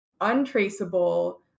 untraceable